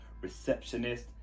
Receptionist